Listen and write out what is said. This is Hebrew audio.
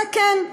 זה כן.